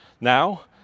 Now